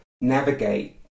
navigate